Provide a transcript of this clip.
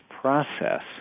process